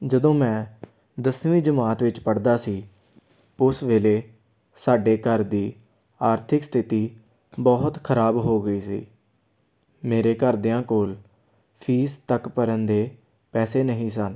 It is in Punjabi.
ਜਦੋਂ ਮੈਂ ਦਸਵੀਂ ਜਮਾਤ ਵਿੱਚ ਪੜ੍ਹਦਾ ਸੀ ਉਸ ਵੇਲੇ ਸਾਡੇ ਘਰ ਦੀ ਆਰਥਿਕ ਸਥਿਤੀ ਬਹੁਤ ਖਰਾਬ ਹੋ ਗਈ ਸੀ ਮੇਰੇ ਘਰਦਿਆਂ ਕੋਲ ਫੀਸ ਤੱਕ ਭਰਨ ਦੇ ਪੈਸੇ ਨਹੀਂ ਸਨ